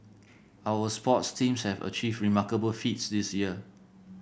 our sports teams have achieved remarkable feats this year